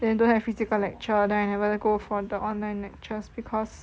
then don't have physical lecture then I never go for the online lectures because